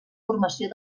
formació